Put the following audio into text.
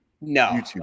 no